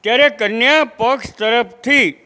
ત્યારે કન્યા પક્ષ તરફથી